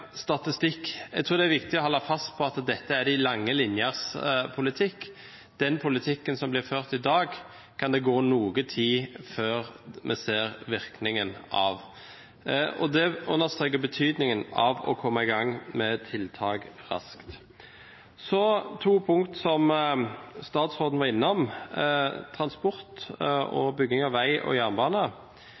statistikk. Jeg tror det er viktig å holde fast ved at dette er de lange linjers politikk – den politikken som blir ført i dag, kan det gå noe tid før vi ser virkningen av. Det understreker betydningen av å komme i gang med tiltak raskt. Så to punkter som statsråden var innom: transport og bygging av vei og jernbane.